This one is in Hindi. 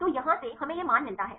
तो यहाँ से हमें यह मान मिलता है